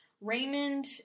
Raymond